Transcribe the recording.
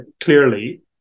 clearly